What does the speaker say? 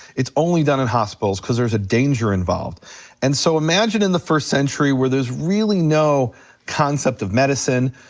it's only done in hospitals cause there's a danger involved and so imagine in the first century where there's really no concept of medicine,